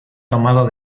tomado